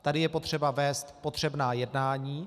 Tady je potřeba vést potřebná jednání.